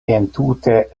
entute